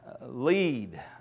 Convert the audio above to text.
lead